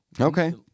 Okay